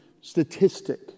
statistic